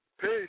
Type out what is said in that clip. Peace